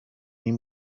این